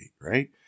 right